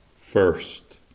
first